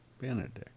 Benedict